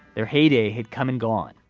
their heyday had come and gone.